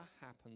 happen